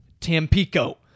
Tampico